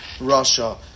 Russia